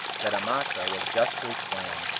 that amasa was justly slain,